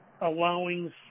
allowing